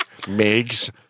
Migs